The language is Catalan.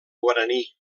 guaraní